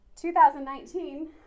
2019